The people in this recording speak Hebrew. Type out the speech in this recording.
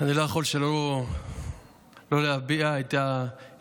אני לא יכול שלא להביע את ההתרגשות